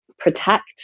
protect